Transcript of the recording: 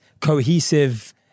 cohesive